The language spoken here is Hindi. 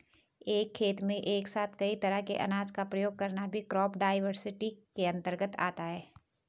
एक खेत में एक साथ कई तरह के अनाज का प्रयोग करना भी क्रॉप डाइवर्सिटी के अंतर्गत आता है